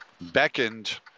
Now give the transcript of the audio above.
beckoned